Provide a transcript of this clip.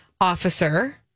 officer